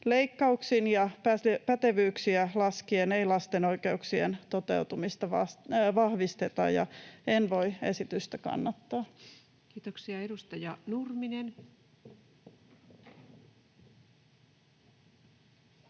Leikkauksin ja pätevyyksiä laskien ei lasten oikeuksien toteutumista vahvisteta, ja en voi esitystä kannattaa. Kiitoksia. — Edustaja Nurminen.